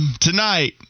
Tonight